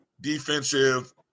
defensive